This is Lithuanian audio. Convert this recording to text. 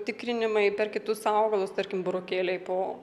tikrinimai per kitus augalus tarkim burokėliai po